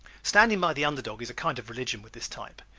standing by the under dog is a kind of religion with this type.